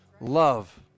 Love